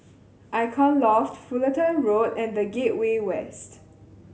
Icon Loft Fullerton Road and The Gateway West